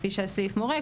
כפי שהסעיף מורה,